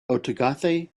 ottagathai